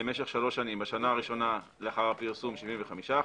במשך שלוש שנים בשנה הראשונה לאחר הפרסום 75%,